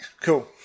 cool